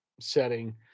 setting